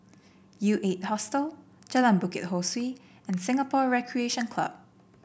U Eight Hostel Jalan Bukit Ho Swee and Singapore Recreation Club